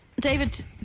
David